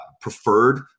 preferred